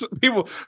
people